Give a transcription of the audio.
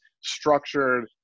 structured